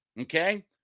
okay